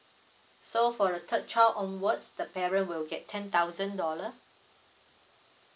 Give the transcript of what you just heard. so for the third child onwards the parent will get ten thousand dollar